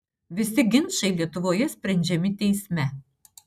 visi ginčai lietuvoje sprendžiami teisme